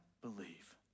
believe